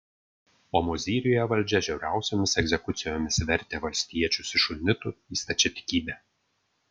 o mozyriuje valdžia žiauriausiomis egzekucijomis vertė valstiečius iš unitų į stačiatikybę